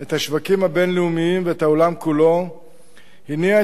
את השווקים הבין-לאומיים ואת העולם כולו הניעו